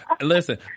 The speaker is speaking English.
Listen